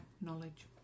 knowledge